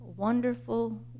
wonderful